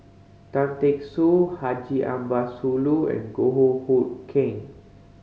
Tan Teck Soo Haji Ambo Sooloh and Goh Hood Keng